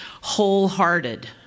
wholehearted